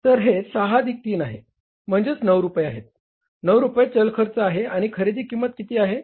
तर हे 6 अधिक 3 आहे म्हणजे 9 रुपये आहेत 9 रुपये चल खर्च आहे आणि खरेदी किंमत किती आहे